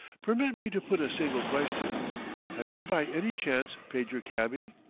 permit me to put a single question have you by any chance paid your cabby?